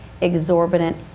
exorbitant